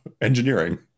engineering